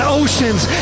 oceans